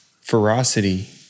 ferocity